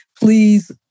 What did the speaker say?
Please